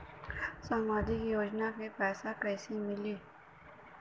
सामाजिक योजना के पैसा कइसे मिली?